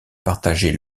partageait